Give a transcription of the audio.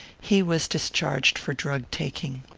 he was discharged for drug-taking.